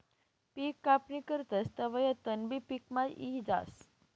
पिक कापणी करतस तवंय तणबी पिकमा यी जास